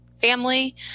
family